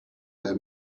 their